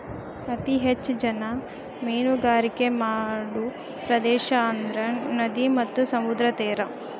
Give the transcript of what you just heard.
ಅತೇ ಹೆಚ್ಚ ಜನಾ ಮೇನುಗಾರಿಕೆ ಮಾಡು ಪ್ರದೇಶಾ ಅಂದ್ರ ನದಿ ಮತ್ತ ಸಮುದ್ರದ ತೇರಾ